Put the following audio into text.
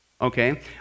Okay